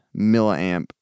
milliamp